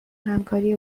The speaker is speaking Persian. همکاری